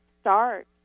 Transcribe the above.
start